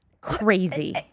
crazy